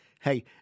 Hey